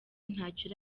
ntacyo